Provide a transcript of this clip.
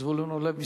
זבולון אורלב?